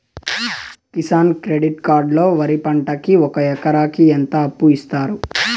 Kisan credit card లో వరి పంటకి ఒక ఎకరాకి ఎంత అప్పు ఇస్తారు?